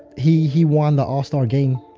he he won the all-star game,